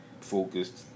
focused